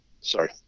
sorry